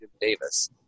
Davis